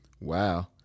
wow